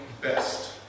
best